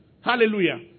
Hallelujah